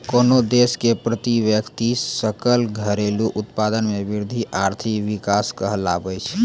कोन्हो देश के प्रति व्यक्ति सकल घरेलू उत्पाद मे वृद्धि आर्थिक विकास कहलाबै छै